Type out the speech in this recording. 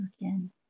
again